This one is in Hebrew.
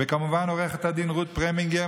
ערן יוסף, דורון נגרין,